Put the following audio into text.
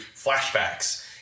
flashbacks